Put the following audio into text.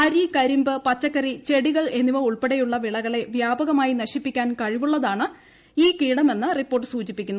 അരി കരിമ്പ് പച്ചക്കറി ചെടികൾ എന്നിവ ഉൾപ്പെടെയുള്ള വിളകളെ വ്യാപകമായി നശിപ്പിക്കാൻ കഴിവുള്ളതാണ് ഈ കീടമെന്ന് റിപ്പോർട്ട് സൂചിപ്പിക്കുന്നു